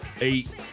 eight